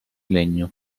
legno